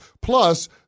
Plus